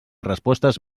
respostes